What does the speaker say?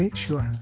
and sure